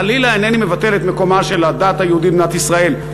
חלילה אינני מבטל את מקומה של הדת היהודית במדינת ישראל,